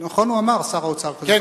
נכון הוא אמר, שר האוצר, כזה דבר?